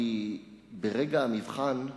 כי ברגע המבחן,